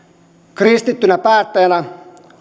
kristittynä päättäjänä